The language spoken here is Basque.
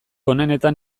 onenetan